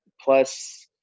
plus –